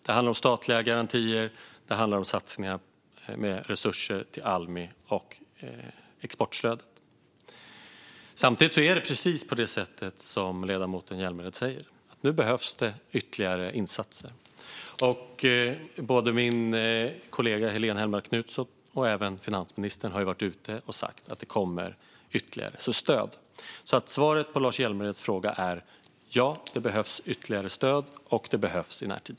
Det handlar om statliga garantier. Det handlar om satsningar med resurser till Almi och exportstöd. Samtidigt är det precis som ledamoten Hjälmered säger: Nu behövs det ytterligare insatser. Både min kollega Helene Hellmark Knutsson och finansministern har varit ute och sagt att det kommer ytterligare stöd. Svaret på Lars Hjälmereds fråga är alltså: Ja, det behövs ytterligare stöd, och det behövs i närtid.